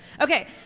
Okay